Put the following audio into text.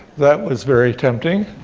that was very tempting.